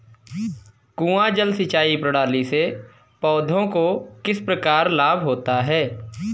कुआँ जल सिंचाई प्रणाली से पौधों को किस प्रकार लाभ होता है?